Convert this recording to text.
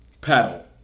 Paddle